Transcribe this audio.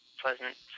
pleasant